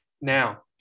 Now